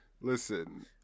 Listen